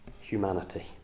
humanity